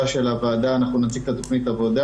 של הוועדה נציג את תוכנית העבודה.